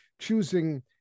choosing